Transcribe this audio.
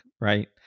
right